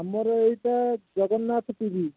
ଆମର ଏଇଟା ଜଗନ୍ନାଥ ଟିଭି